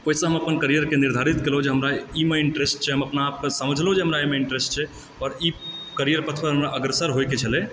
ओहिसॅं अपन कैरियर के हम निर्धारण करैत केलहुॅं जे हमरा ई मे इंटेरेस्ट छै हम अपना आपके समझ बुझलहुॅं जे हमरा एहिमे इंटेरेस्ट छै आओर ई कैरियर पथ पर हमरा अग्रसर होइ के छलै तऽ